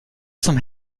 zum